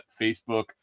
Facebook